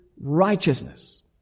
righteousness